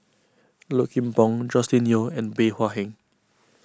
Low Kim Pong Joscelin Yeo and Bey Hua Heng